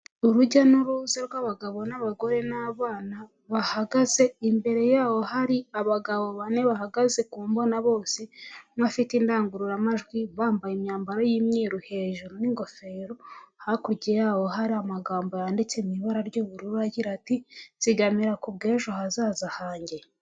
Urujya n'uruza rw'abagabo n'abagore n'abana bahagaze, imbere yaho hari abagabo bane bahagaze ku mbona bose, bafite indangururamajwi, bambaye imyambaro y'imyeru hejuru n'ingofero, hakurya yaho hari amagambo yanditse mu ibara ry'ubururu agira ati " Nzigamira ku bw'ejo hazaza hanjye."